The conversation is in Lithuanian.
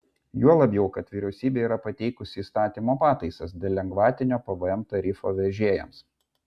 juo labiau kad vyriausybė yra pateikusi įstatymo pataisas dėl lengvatinio pvm tarifo vežėjams